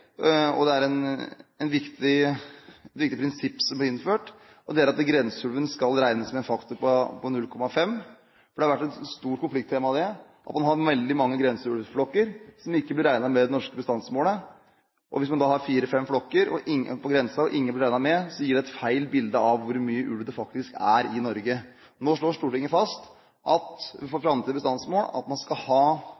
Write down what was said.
Det er et viktig prinsipp som blir innført, og det er at grenseulven skal regnes som en faktor på 0,5. Det har vært et stort konflikttema at man har veldig mange grenseulvflokker som ikke blir regnet med i det norske bestandsmålet. Hvis man har fire–fem flokker på grensen, og ingen blir regnet med, gir det et feil bilde av hvor mye ulv det faktisk er i Norge. Nå slår Stortinget fast at man for